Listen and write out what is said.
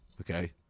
Okay